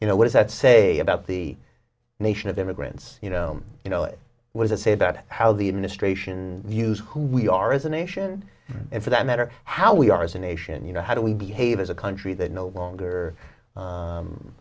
you know what does that say about the nation of immigrants you know you know it was a say about how the administration views who we are as a nation and for that matter how we are as a nation you know how do we behave as a country that no longer